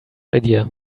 idea